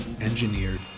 engineered